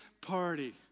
party